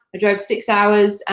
drove six hours.